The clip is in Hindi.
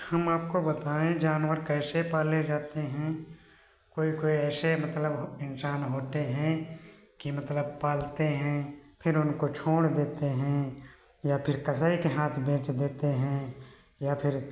हम आपको बताएं जानवर कैसे पाले जाते हैं कोई कोई ऐसे मतलब इंसान होते हैं कि मतलब पालते हैं फिर उनको छोड़ देते हैं या फिर कसाई के हाथ बेच देते हैं या फिर